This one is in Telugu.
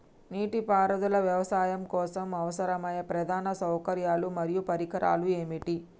నీటిపారుదల వ్యవసాయం కోసం అవసరమయ్యే ప్రధాన సౌకర్యాలు మరియు పరికరాలు ఏమిటి?